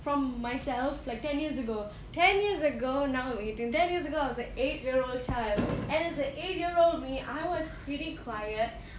from myself like ten years ago ten years ago now I'm eighteen ten years ago I was an eight year old child and as an eight year old me I was really quiet